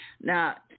Now